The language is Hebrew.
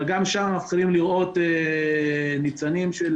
אבל גם שם אנחנו מתחילים לראות ניצנים של